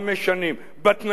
בתנאים המוצעים היום,